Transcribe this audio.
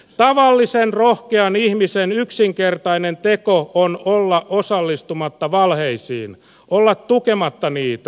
tavallisen rohkean ihmisen yksinkertainen teko on olla osallistumatta valheisiin olla tukematta niitä